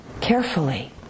carefully